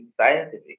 scientific